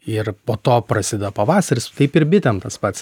ir po to prasideda pavasaris taip ir bitėm tas pats